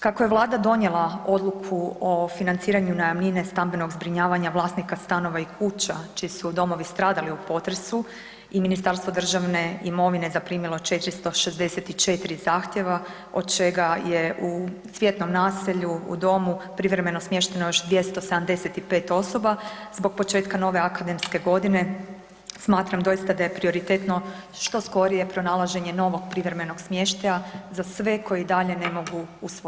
Kako je Vlada donijela Odluku o financiranju najamnine stambenog zbrinjavanja vlasnika stanova i kuća čiji su domovi stradali u potresu i Ministarstvo državne imovine zaprimilo 464 zahtjeva, od čega je u Cvjetnom naselju, u domu privremeno smješteno još 275 osoba, zbog početka nove akademske godine, smatram doista da je prioritetno što skorije pronalaženje novog privremenog smještaja za sve koji i dalje ne mogu u svoje domove.